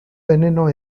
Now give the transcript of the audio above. veneno